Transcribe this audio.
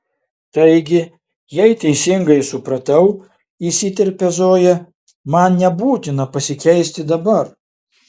taigi jei teisingai supratau įsiterpia zoja man nebūtina pasikeisti dabar